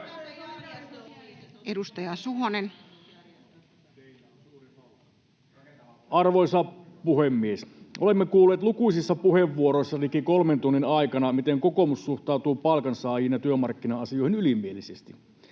16:44 Content: Arvoisa puhemies! Olemme kuulleet lukuisissa puheenvuoroissa liki kolmen tunnin aikana, miten kokoomus suhtautuu palkansaajiin ja työmarkkina-asioihin ylimielisesti.